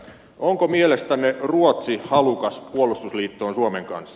onko mielestänne ruotsi halukas puolustusliittoon suomen kanssa